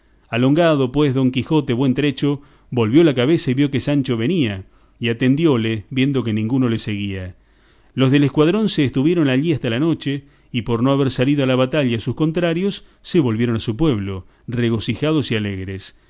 alongado pues don quijote buen trecho volvió la cabeza y vio que sancho venía y atendióle viendo que ninguno le seguía los del escuadrón se estuvieron allí hasta la noche y por no haber salido a la batalla sus contrarios se volvieron a su pueblo regocijados y alegres